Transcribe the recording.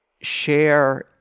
share